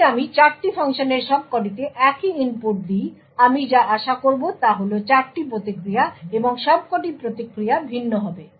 যদি আমি 4টি ফাংশনের সবকটিতে একই ইনপুট দিই আমি যা আশা করব তা হল 4টি প্রতিক্রিয়া এবং সবকটি প্রতিক্রিয়া ভিন্ন হবে